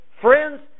friends